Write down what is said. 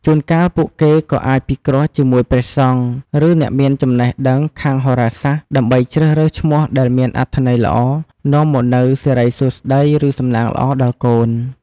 ជួនកាល ពួកគេក៏អាចពិគ្រោះជាមួយព្រះសង្ឃ ឬ អ្នកមានចំណេះដឹងខាងហោរាសាស្ត្រ ដើម្បីជ្រើសរើសឈ្មោះដែលមានអត្ថន័យល្អ នាំមកនូវសិរីសួស្តី ឬ សំណាងល្អដល់កូន។